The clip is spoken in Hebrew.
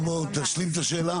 בוא, בוא תשלים את השאלה.